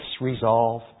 resolve